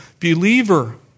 believer